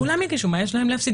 כולם יגישו, מה יש להם להפסיד?